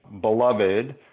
beloved